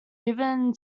given